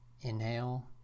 Inhale